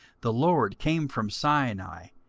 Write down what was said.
the lord came from sinai,